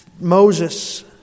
Moses